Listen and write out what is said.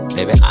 Baby